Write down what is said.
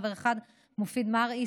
חבר אחד: מופיד מרעי,